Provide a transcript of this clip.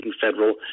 federal